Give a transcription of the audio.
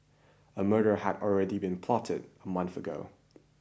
a murder had already been plotted a month ago